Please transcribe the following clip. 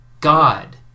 God